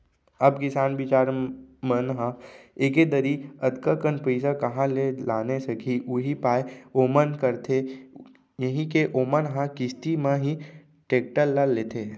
अब किसान बिचार मन ह एके दरी अतका कन पइसा काँहा ले लाने सकही उहीं पाय ओमन करथे यही के ओमन ह किस्ती म ही टेक्टर ल लेथे